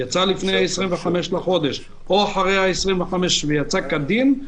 יצא לפני 25 בחודש או אחרי ה-25 ויצא כדין,